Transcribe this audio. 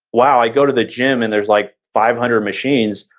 wow, i go to the gym and there's like five hundred machines.